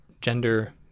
gender